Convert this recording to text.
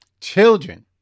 children